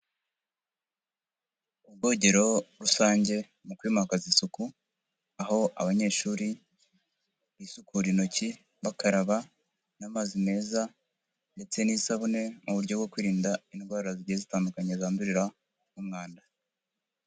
Ubwogero rusange mu kwimakaza isuku, aho abanyeshuri bisukura intoki, bakaraba n'amazi meza ndetse n'isabune mu buryo bwo kwirinda indwara zigiye zitandukanye zandurira mu mwanda.